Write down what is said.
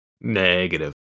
Negative